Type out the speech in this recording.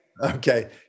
Okay